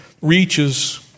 reaches